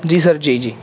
جی sir جی جی